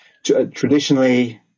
Traditionally